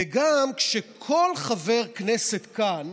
וגם שכל חבר כנסת כאן